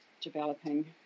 developing